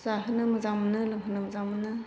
जाहोनो मोजां मोनो लोंहोनो मोजां मोनो